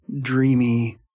dreamy